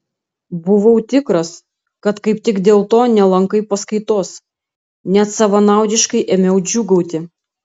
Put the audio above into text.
buvau tikras kad kaip tik dėl to nelankai paskaitos net savanaudiškai ėmiau džiūgauti